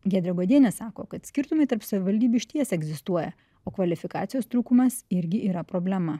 giedrė godienė sako kad skirtumai tarp savivaldybių išties egzistuoja o kvalifikacijos trūkumas irgi yra problema